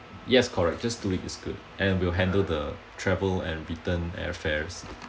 yes correct just do it it's good and we will handle the travel and return airfares